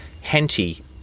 Henty